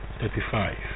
thirty-five